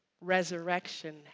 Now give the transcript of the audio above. resurrection